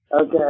Okay